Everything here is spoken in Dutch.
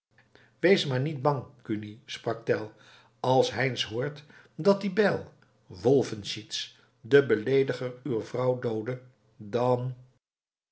wees maar niet bang kuni sprak tell als heinz hoort dat die bijl wolfenschiez den beleediger uwer vrouw doodde dan